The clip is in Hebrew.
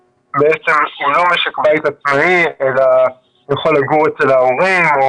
משק בית עצמאי אלא יכול לגור אצל ההורים,